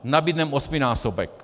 Nabídneme osminásobek.